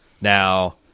Now